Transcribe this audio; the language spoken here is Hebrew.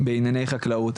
בענייני חקלאות.